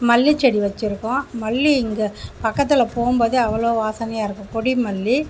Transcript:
மல்லி செடி வச்சியிருக்கோம் மல்லி இங்கே பக்கத்தில் போகும் போதே அவ்வளோ வாசனையாக இருக்கும் கொடிமல்லி